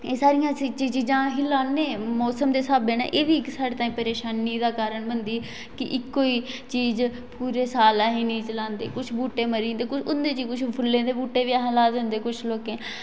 एह् सारियां चिजां अस लान्ने मौसम दे स्हाबै कन्नै ऐ बी इक साढ़ेक् तांई परेशानी दा काऱण बनदी कि इको ही चीज पूरे साल अस नेई चलांदे कुछ बूहटे मरी जंदे उंदे च कुछ आसें फुल्लें दे बूहटे बी असें लाए दे होंदे कुछ लोकें